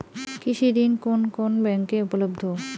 কৃষি ঋণ কোন কোন ব্যাংকে উপলব্ধ?